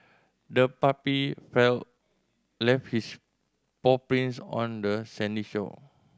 the puppy feel left its paw prints on the sandy shore